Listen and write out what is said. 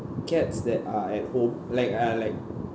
cats that are at home like uh like